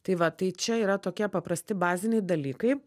tai vat tai čia yra tokie paprasti baziniai dalykai